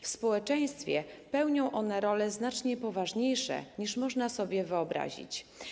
W społeczeństwie pełnią one role znacznie poważniejsze, niż można sobie wyobrazić.